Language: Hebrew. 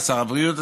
לשר הבריאות,